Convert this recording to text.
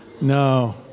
No